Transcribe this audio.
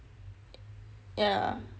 yah